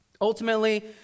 Ultimately